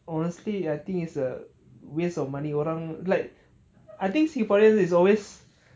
honestly I think it's a waste of money orang like I think singaporeans is always